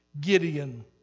Gideon